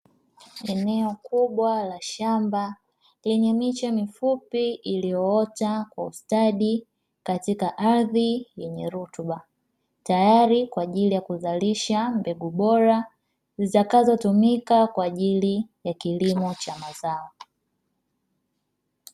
Eneo kubwa la shamba lenye miche mifupi iliyoota kwa ustadi katika ardhi yenye rutuba, tayari kwa ajili ya kuzalisha mbegu bora zitakazotumika kwa ajili ya kilimo cha mazao.